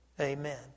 Amen